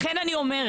לכן אני אומרת,